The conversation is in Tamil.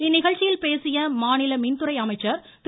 இந்நிகழ்ச்சியில் பேசிய மாநில மின்துறை அமைச்சர் திரு